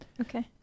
Okay